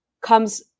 comes